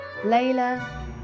Layla